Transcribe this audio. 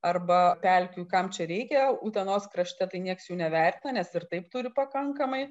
arba pelkių kam čia reikia utenos krašte tai nieks jų nevertina nes ir taip turi pakankamai